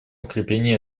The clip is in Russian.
укрепления